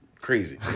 Crazy